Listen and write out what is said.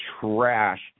trash